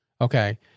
Okay